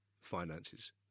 finances